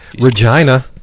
Regina